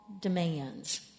demands